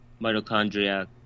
mitochondria